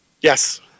Yes